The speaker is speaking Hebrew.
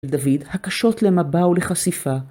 דוד, הקשות למבע ולחשיפה.